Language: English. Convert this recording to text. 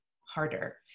harder